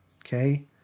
okay